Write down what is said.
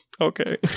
okay